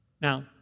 Now